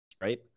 right